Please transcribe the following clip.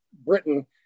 Britain